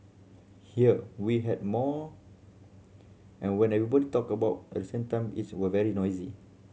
here we had more and when everybody talked about at the same time it was very noisy